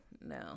no